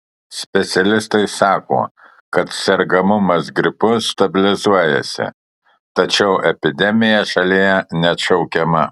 specialistai sako kad sergamumas gripu stabilizuojasi tačiau epidemija šalyje neatšaukiama